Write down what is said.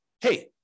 hey